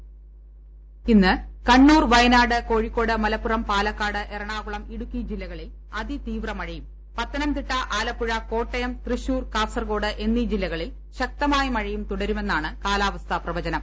voice the ഇന്ന് കണ്ണൂർ വയനാട് കോഴിക്ക്ക്ട്ട് മലപ്പുറം പാലക്കാട് എറണാകുളം ഇടുക്കി ജില്ലകളിൽ അതിതീവ്രമഴയും പത്തനംതിട്ട ആലപ്പുഴ കോട്ടയം തൃശ്ശൂർ ക്ടാസർകോട് എന്നീ ജില്ലകളിൽ ശക്തമായ മഴയും തുടരുമെന്നാണ് കാലാവസ്ഥാ പ്രവചനം